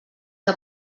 que